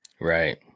Right